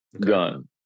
gun